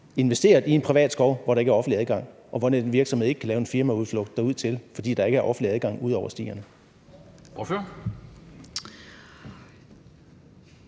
investeret i en privat skov, hvor der ikke er offentlig adgang, og hvor den virksomhed ikke kan lave en firmaudflugt derudtil, fordi der ikke er offentlig adgang, ud over på stierne?